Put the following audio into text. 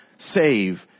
save